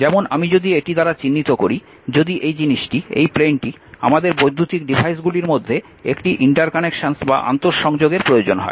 যেমন আমি যদি এটি দ্বারা চিহ্নিত করি যদি এই জিনিসটি এই প্লেইনটি আমাদের বৈদ্যুতিক ডিভাইসগুলির মধ্যে একটি আন্তঃসংযোগের প্রয়োজন হয়